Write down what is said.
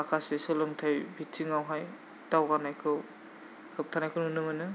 माखासे सोलोंथाइ बिथिङावहाय दावगानायखौ होबथानायखौ नुनो मोनो